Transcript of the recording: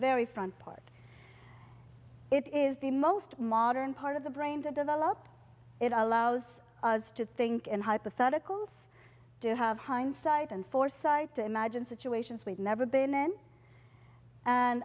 very front part it is the most modern part of the brain to develop it allows us to think and hypotheticals to have hindsight and foresight to imagine situations we'd never been in and